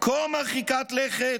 כה מרחיקת לכת,